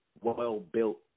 well-built